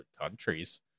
countries